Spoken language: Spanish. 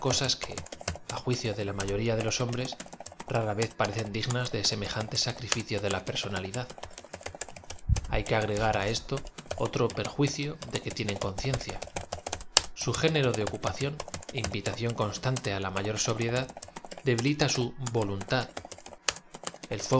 que á juicio de la mayoría de los hom bres rara v e z parecen dignas de semejante sacrificio de la personalidad h a y que a g regar á eso otro p er juicio de que tienen conciencia su género de ocupa ción invitación constante á la m ayor sobriedad de bilita su voluntad e